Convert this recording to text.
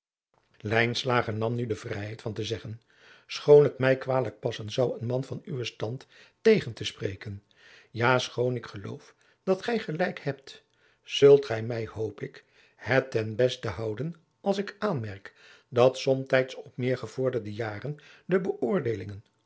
nu de vrijheid van te zeggen schoon het mij kwalijk passen zou een man van uwen stand tegen te spreken ja schoon ik geloof adriaan loosjes pzn het leven van maurits lijnslager dat gij gelijk hebt zult gij mij hoop ik het ten beste houden als ik aanmerk dat somtijds op meer gevorderde jaren de beoordeelingen